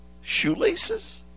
shoelaces